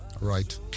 Right